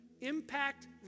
impact